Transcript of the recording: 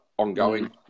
Ongoing